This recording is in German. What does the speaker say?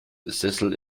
sessel